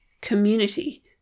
community